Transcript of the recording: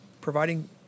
providing